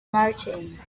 marching